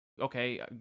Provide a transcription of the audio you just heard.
okay